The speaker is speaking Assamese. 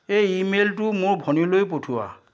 এই ইমেইলটো মোৰ ভনীলৈ পঠিওৱা